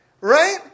right